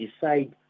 decide